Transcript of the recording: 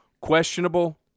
questionable